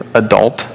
adult